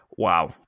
Wow